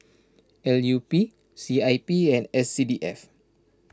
L U P C I P and S C D F